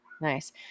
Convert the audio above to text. nice